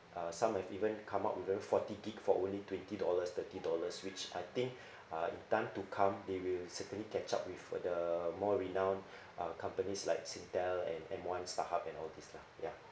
uh some have even come up with don't know forty gig for only twenty dollars thirty dollars which I think uh in time to come they will certainly catch up with the more renowned uh companies like Singtel and M_one Starhub and all this ya